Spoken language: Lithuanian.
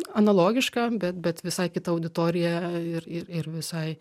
analogiška bet bet visai kita auditorija ir ir ir visai